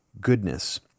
Goodness